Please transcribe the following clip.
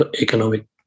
economic